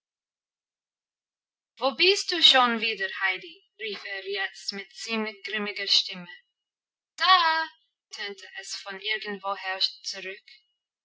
wo bist du schon wieder heidi rief er jetzt mit ziemlich grimmiger stimme da tönte es von irgendwoher zurück